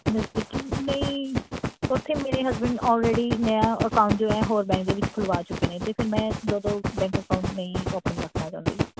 ਨਜ਼ਦੀਕੀ ਨਹੀਂ ਉੱਥੇ ਮੇਰੇ ਹਸਬੈਂਡ ਔਲਰੇਡੀ ਨਵਾਂ ਅਕਾਊਂਟ ਜੋ ਹੈ ਹੋਰ ਬੈਂਕ ਦੇ ਵਿੱਚ ਖੁੱਲ੍ਹਵਾ ਚੁੱਕੇ ਨੇ ਅਤੇ ਫਿਰ ਮੈਂ ਦੋ ਦੋ ਬੈਂਕ ਅਕਾਊਂਟ ਨਹੀਂ ਓਪਨ ਰੱਖਣਾ ਚਾਹੁੰਦੀ